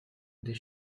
des